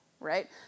right